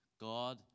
God